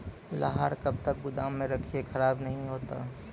लहार कब तक गुदाम मे रखिए खराब नहीं होता?